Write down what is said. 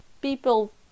people